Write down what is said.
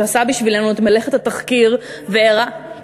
שעשה בשבילנו את מלאכת התחקיר כן,